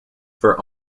for